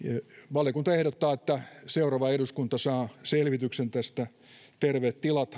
valiokunta ehdottaa että seuraava eduskunta saa selvityksen terveet tilat